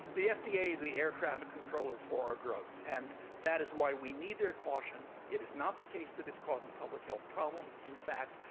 the fda is the air traffic controller for our drugs, and that is why we need their caution. it is not the case that it's causing public health problems. in fact,